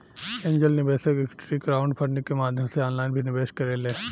angel निवेशक equity crowdfunding के माध्यम से ऑनलाइन भी निवेश करेले